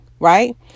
Right